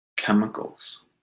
chemicals